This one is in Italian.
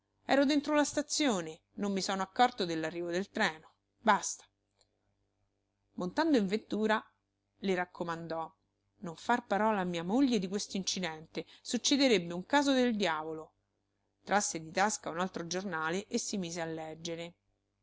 ero dentro la stazione non mi sono accorto dell'arrivo del treno basta montando in vettura le raccomandò non far parola a mia moglie di quest'incidente succederebbe un caso del diavolo trasse di tasca un altro giornale e si mise a leggere